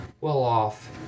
well-off